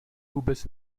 vůbec